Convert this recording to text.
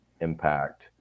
impact